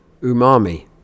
umami